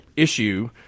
issue